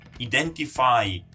identify